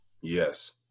Yes